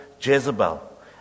Jezebel